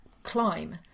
Climb